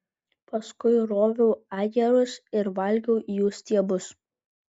paskui roviau ajerus ir valgiau jų stiebus